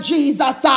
Jesus